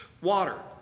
Water